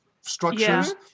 structures